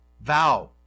vow